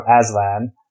Aslan